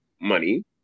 money